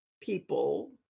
people